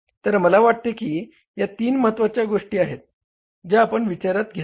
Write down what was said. तर मला वाटते की या तीन महत्त्वाच्या गोष्टी आहेत ज्या आपण विचारात घ्याव्या